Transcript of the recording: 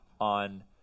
on